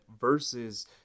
versus